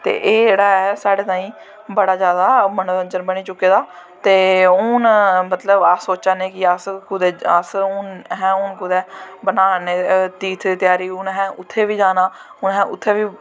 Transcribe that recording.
ते एह् जेह्ड़ा साढ़े तांई बड़ा जादा मनोंरंजन बनी चुके दा ते हून अस सोचा ने कि अस कुसै अस हून असैं हून कुदै बना ने तीर्थ दी त्यारी हून असैं उत्थें बी जाना असैं उत्थैं बी